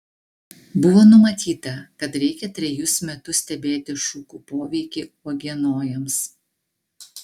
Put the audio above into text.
buvo numatyta kad reikia trejus metus stebėti šukų poveikį uogienojams